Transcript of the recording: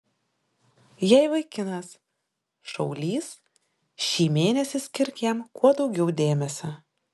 jei vaikinas šaulys šį mėnesį skirk jam kuo daugiau dėmesio